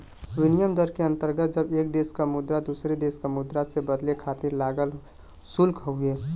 विनिमय दर के अंतर्गत जब एक देश क मुद्रा दूसरे देश क मुद्रा से बदले खातिर लागल शुल्क हउवे